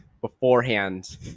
beforehand